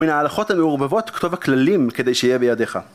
מן ההלכות המעורבבות כתוב הכללים כדי שיהיה בידיך